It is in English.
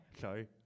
Sorry